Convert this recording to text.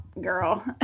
girl